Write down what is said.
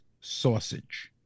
sausage